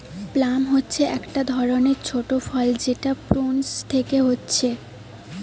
plum হচ্ছে একটা ধরণের ছোট ফল যেটা প্রুনস পেকে হচ্ছে